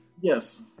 Yes